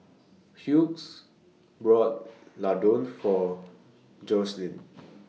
Hughes bought Ladoo For Joselin